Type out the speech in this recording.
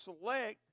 select